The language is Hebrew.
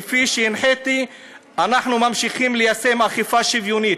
וכפי שהנחיתי אנחנו ממשיכים ליישם אכיפה שוויונית".